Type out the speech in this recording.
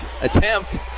attempt